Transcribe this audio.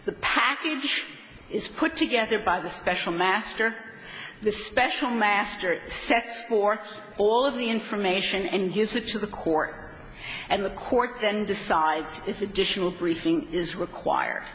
the package is put together by the special master the special master it sets forth all of the information and gives it to the court and the court then decides if additional briefing is require